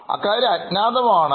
അക്കാര്യം അജ്ഞാതമാണ്